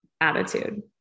attitude